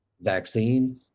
vaccine